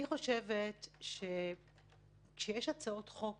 אני חושבת שכשיש הצעות חוק,